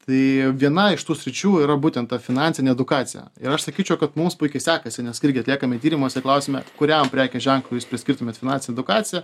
tai viena iš tų sričių yra būtent ta finansinė edukacija ir aš sakyčiau kad mums puikiai sekasi nes irgi atliekame tyrimus ir klausiame kuriam prekės ženklui jūs priskirtumėt finansinę edukaciją